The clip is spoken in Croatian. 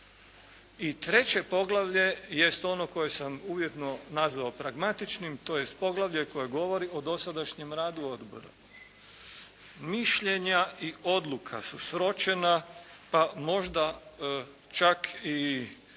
I treće poglavlje jest ono koje sam uvjetno nazvao pragmatičnim tj. poglavlje koje govori o dosadašnjem radu odbora. Mišljenja i odluka su sročena pa možda čak i